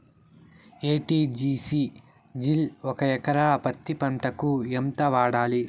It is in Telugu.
ఎ.టి.జి.సి జిల్ ఒక ఎకరా పత్తి పంటకు ఎంత వాడాలి?